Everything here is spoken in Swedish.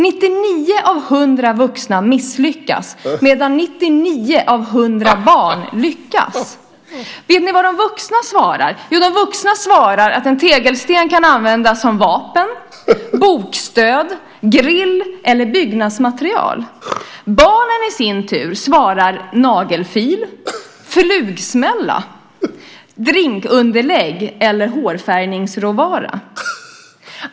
99 av 100 vuxna misslyckas, medan 99 av 100 barn lyckas. Vet ni vad de vuxna svarar? Jo, de vuxna svarar att en tegelsten kan användas som vapen, bokstöd, grill eller byggnadsmaterial. Barnen i sin tur svarar att den kan användas som nagelfil, flugsmälla, drinkunderlägg eller hårfärgningsråvara.